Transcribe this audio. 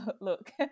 look